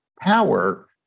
power